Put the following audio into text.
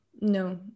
no